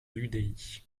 l’udi